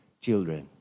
children